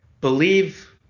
believe